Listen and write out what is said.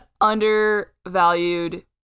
undervalued